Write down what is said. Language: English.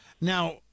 Now